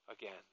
again